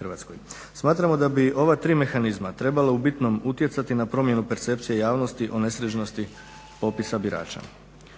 RH. Smatramo da bi ova tri mehanizma trebala u bitnom utjecati na promjenu percepcije javnosti o nesređenosti popisa birača.